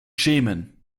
schämen